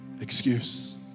Excuse